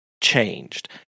changed